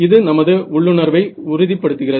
இது நமது உள்ளுணர்வை உறுதிப்படுத்துகிறது